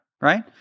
right